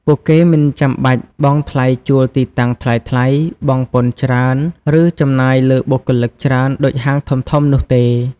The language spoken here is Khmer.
ពួកគេមិនចាំបាច់បង់ថ្លៃជួលទីតាំងថ្លៃៗ បង់ពន្ធច្រើន ឬចំណាយលើបុគ្គលិកច្រើនដូចហាងធំៗនោះទេ។